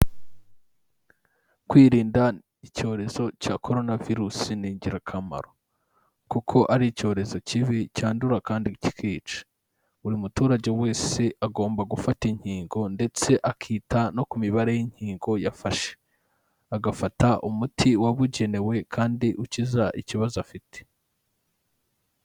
Kwirinda icyorezo cya Koronavirusi ni ingirakamaro, kuko ari icyorezo kibi cyandura kandi kikica. Buri muturage wese agomba gufata inkingo ndetse akita no ku mibare y'inkingo yafashe. Agafata umuti wabugenewe kandi ukiza ikibazo afite.